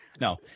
No